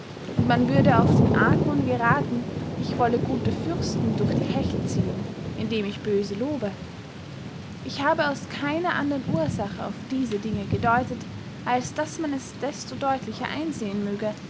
und man würde auf den argwohn gerathen ich wolle gute fürsten durch die hechel ziehen indem ich böse lobe ich habe aus keiner andern ursache auf diese dinge gedeutet als daß man es desto deutlicher einsehen möge